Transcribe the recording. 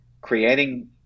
creating